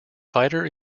fighter